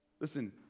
Listen